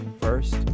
first